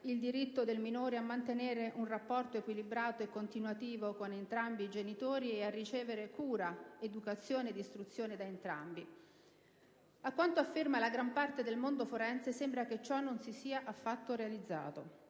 «il diritto del minore a mantenere un rapporto equilibrato e continuativo con entrambi i genitori e a ricevere cura, educazione ed istruzione da entrambi». A quanto afferma la gran parte del mondo forense sembra che ciò non si sia affatto realizzato.